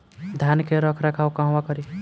धान के रख रखाव कहवा करी?